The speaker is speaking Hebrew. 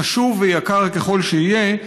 חשוב ויקר ככל שיהיה,